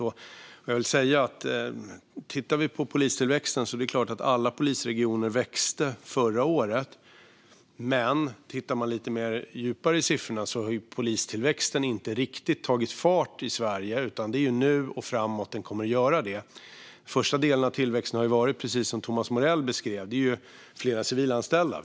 Om vi ser till polistillväxten kan vi se att alla polisregioner växte förra året, men om vi ser lite djupare på siffrorna kan vi se att polistillväxten i Sverige inte riktigt har tagit fart, utan det är nu och framöver som den kommer att göra det. Den första delen av tillväxten har, precis som Thomas Morell beskrev, gällt civilanställda.